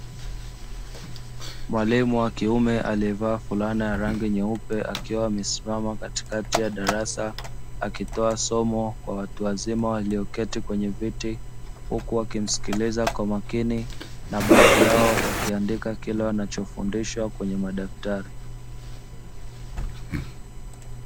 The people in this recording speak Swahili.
Mwalimu wa kiume aliyevaa fulana ya rangi nyeupe, akiwa amesimama katikati ya darasa akitoa somo kwa watu wazima waliyoketi kwenye viti, huku wakimsikiliza kwa makini na baadhi yao wakiandika kile wanachofundishwa kwenye madaftari.